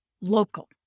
local